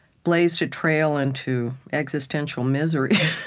blazed a trail into existential misery.